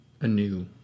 anew